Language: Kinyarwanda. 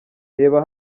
reba